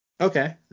Okay